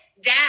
dad